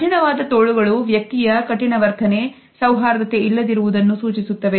ಕಠಿಣವಾದ ತೋಳುಗಳು ವ್ಯಕ್ತಿಯ ಕಠಿಣ ವರ್ತನೆ ಸೌಹಾರ್ದತೆ ಇಲ್ಲದಿರುವುದನ್ನು ಸೂಚಿಸುತ್ತವೆ